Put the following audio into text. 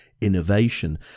innovation